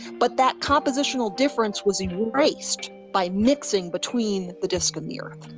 but that compositional difference was erased by mixing between the disc and the earth,